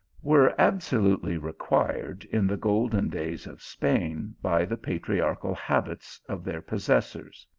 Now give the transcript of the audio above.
were abso lutely required in the golden days of spain by the patriarchal habits of their possessors.